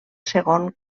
segon